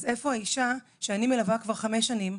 אז איפה האישה שאני מלווה כבר חמש שנים,